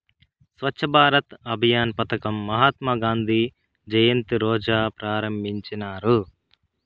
స్వచ్ఛ భారత్ అభియాన్ పదకం మహాత్మా గాంధీ జయంతి రోజా ప్రారంభించినారు